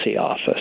office